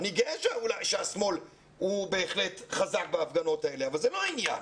אני גאה שהשמאל הוא בהחלט חזק בהפגנות האלה אבל זה לא העניין.